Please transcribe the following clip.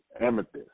Amethyst